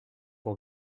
pour